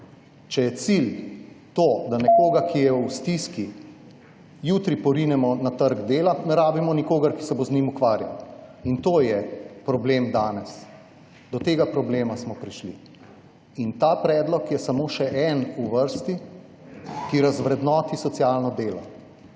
Če je cilj to, da nekoga, ki je v stiski, jutri porinemo na trg dela, ne rabimo nikogar, ki se bo z njim ukvarjal. To je problem danes, do tega problema smo prišli. In ta predlog je samo še eden v vrsti, ki razvrednoti socialno delo.